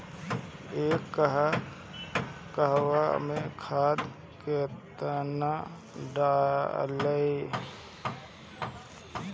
एक कहवा मे खाद केतना ढालाई?